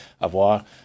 avoir